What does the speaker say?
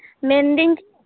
ᱢᱮᱱᱫᱤᱧ